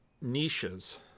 niches